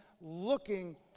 looking